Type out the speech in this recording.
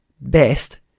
best